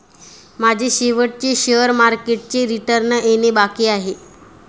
माझे शेवटचे शेअर मार्केटचे रिटर्न येणे बाकी आहे